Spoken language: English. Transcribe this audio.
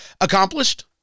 accomplished